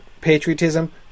patriotism